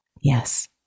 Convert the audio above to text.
yes